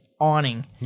awning